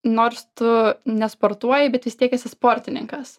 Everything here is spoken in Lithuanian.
nors tu nesportuoji bet vis tiek esi sportininkas